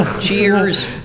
Cheers